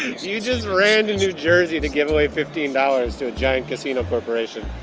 you just ran to new jersey to give away fifteen dollars to giant casino corporation